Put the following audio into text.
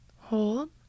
Hold